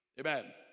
Amen